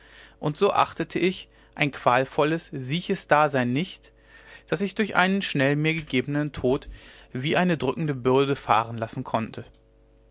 und so achtete ich ein qualvolles sieches dasein nicht das ich durch einen schnell mir gegebenen tod wie eine drückende bürde fahren lassen konnte